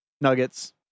nuggets